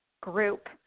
group